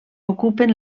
ocupen